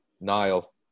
Nile